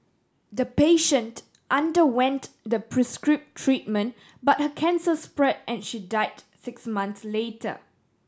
the patient underwent the prescribe treatment but her cancer spread and she died six months later